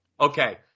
okay